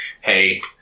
hey